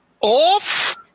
Off